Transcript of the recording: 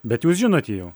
bet jūs žinote jau